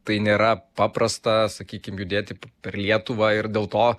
tai nėra paprasta sakykim judėti per lietuvą ir dėl to